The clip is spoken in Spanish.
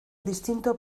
distinto